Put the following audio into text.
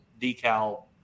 decal